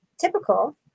typical